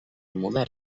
model